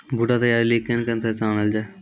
बूटा तैयारी ली केन थ्रेसर आनलऽ जाए?